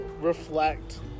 Reflect